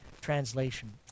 Translation